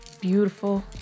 beautiful